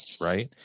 Right